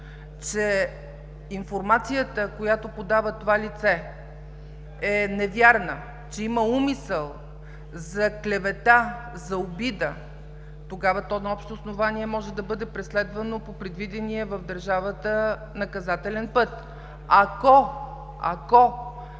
че информацията, която подава това лице е невярна, че има умисъл за клевета, за обида, тогава то на общо основание може да бъде преследвано по предвидения в държавата наказателен път. Ако от